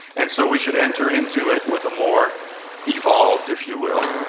and so we should enter into it with a more evolved, if you will,